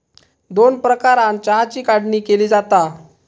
दोन प्रकारानं चहाची काढणी केली जाता